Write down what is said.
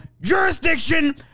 jurisdiction